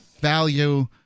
value